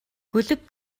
гөлөг